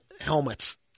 helmets